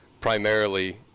primarily